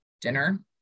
Dinner